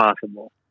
possible